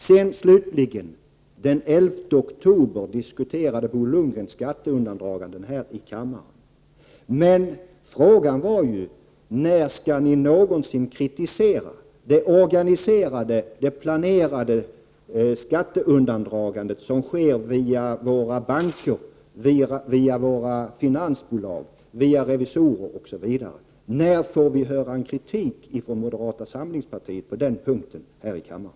Slutligen: Den 11 oktober diskuterade Bo Lundgren frågan om skatteundandragande här i kammaren. Men frågan är fortfarande: När skall ni egentligen kritisera det organiserade, planerade skatteundandragande som sker med hjälp av våra banker, finansbolag, revisorer osv.? När får vi höra kritik från moderata samlingspartiet på den punkten här i kammaren?